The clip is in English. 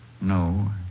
No